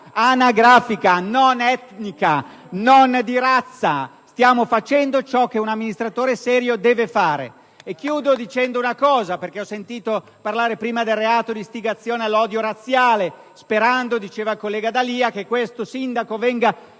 anagrafica), non etnica, non di razza. Stiamo facendo ciò che un amministratore serio deve fare. Concludo facendo un'affermazione, perché ho sentito parlare prima del reato di istigazione all'odio razziale. Il senatore D'Alia diceva di sperare che questo sindaco venga